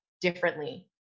differently